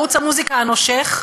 ערוץ המוזיקה הנושך,